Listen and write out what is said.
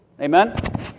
Amen